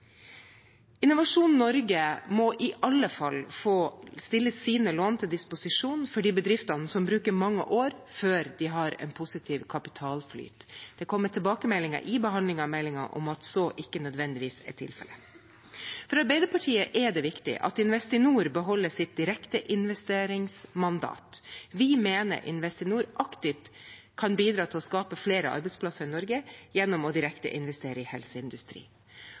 Innovasjon Norge må i alle fall få stille sine lån til disposisjon for de bedriftene som bruker mange år før de har en positiv kapitalflyt. Det har kommet tilbakemeldinger ved behandlingen av meldingen om at så ikke nødvendigvis er tilfellet. For Arbeiderpartiet er det viktig at Investinor beholder sitt direkte investeringsmandat. Vi mener Investinor aktivt kan bidra til å skape flere arbeidsplasser i Norge gjennom å direkte investere i helseindustri.